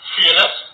Fearless